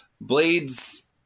Blade's